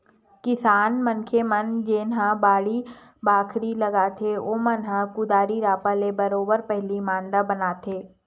किसान मनखे मन जेनहा बाड़ी बखरी लगाथे ओमन ह कुदारी रापा ले बरोबर पहिली मांदा बनाथे